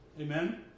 Amen